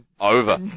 Over